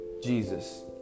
Jesus